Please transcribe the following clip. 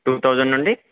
two thousand నుండి